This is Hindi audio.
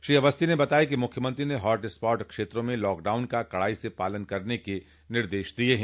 श्री अवस्थी ने बताया कि मुख्यमंत्री ने हॉट स्पॉट क्षेत्रों में लॉकडाउन का कड़ाई से पालन करने के निर्देश दिये हैं